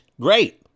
great